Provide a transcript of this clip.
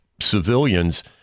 civilians